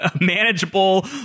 manageable